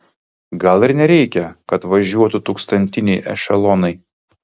gal ir nereikia kad važiuotų tūkstantiniai ešelonai